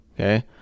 okay